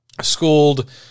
schooled